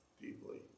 deeply